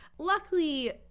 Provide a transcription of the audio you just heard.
Luckily